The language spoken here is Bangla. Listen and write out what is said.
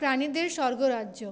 প্রাণীদের স্বর্গরাজ্য